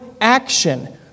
action